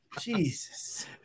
Jesus